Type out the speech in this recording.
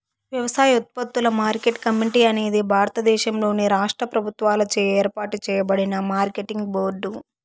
వ్యవసాయోత్పత్తుల market committee అనేది భారతదేశంలోని రాష్ట్ర ప్రభుత్వాలచే ఏర్పాటు చేయబడిన మార్కెటింగ్ బోర్డు